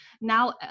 Now